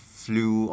flew